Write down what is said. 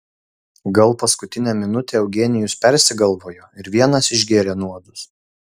gal paskutinę minutę eugenijus persigalvojo ir vienas išgėrė nuodus